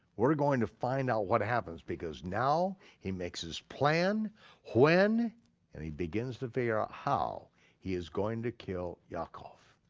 we're going to find out what happens, because now he makes his plan when and he begins to figure out how he is going to kill yaakov.